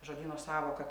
žodyno sąvoką